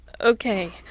Okay